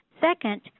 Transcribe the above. Second